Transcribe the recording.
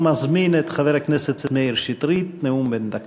אני מזמין את חבר הכנסת מאיר שטרית לנאום בן דקה.